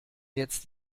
jetzt